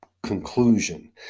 conclusion